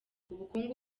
ubukungu